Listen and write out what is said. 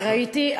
וראיתי.